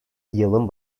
yılın